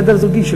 חדר זוגי,